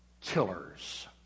killers